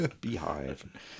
Beehive